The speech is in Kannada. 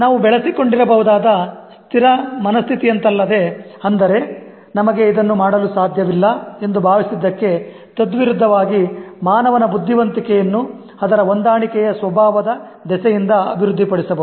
ನಾವು ಬೆಳೆಸಿಕೊಂಡಿರಬಹುದಾದ ಸ್ಥಿರ ಮನಸ್ಥಿತಿಯಂತಲ್ಲದೆ ಅಂದರೆ ನಮಗೆ ಇದನ್ನು ಮಾಡಲು ಸಾಧ್ಯವಿಲ್ಲ ಎಂದು ಭಾವಿಸಿದಕ್ಕೆ ತದ್ವಿರುದ್ಧವಾಗಿ ಮಾನವನ ಬುದ್ಧಿವಂತಿಕೆಯನ್ನು ಅದರ ಹೊಂದಾಣಿಕೆಯ ಸ್ವಭಾವದ ದೆಸೆಯಿಂದ ಅಭಿವೃದ್ಧಿಪಡಿಸಬಹುದು